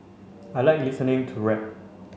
I like listening to rap